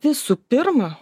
visų pirma